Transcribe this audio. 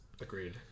Agreed